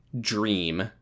Dream